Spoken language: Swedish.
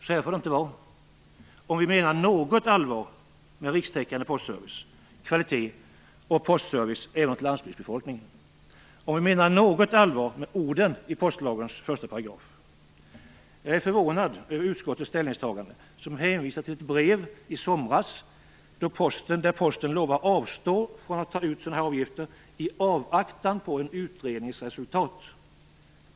Så här får det inte vara, om vi menar något allvar med rikstäckande postservice, kvalitet och postservice även åt landsbygdsbefolkningen, om vi menar något allvar med orden i postlagens första paragraf. Jag är förvånad över utskottets ställningstagande, som hänvisar till ett brev i somras, där Posten lovar avstå från att ta ut sådana här avgifter i avvaktan på en utrednings resultat.